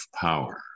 power